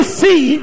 see